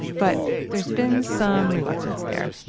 but there's been some reluctance there.